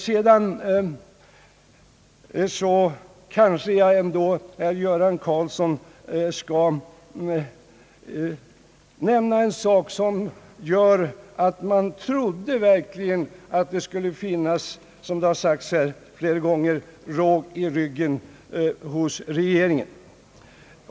Sedan skall jag kanske ändå, herr Göran Karlsson, nämna en sak som gör att man verkligen trodde att det skulle, som här flera gånger har sagts, finnas råg i ryggen hos regeringen.